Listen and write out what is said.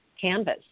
canvas